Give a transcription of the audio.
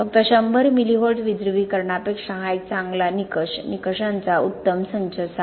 फक्त 100 millivolt विध्रुवीकरणापेक्षा हा एक चांगला निकष निकषांचा उत्तम संच असावा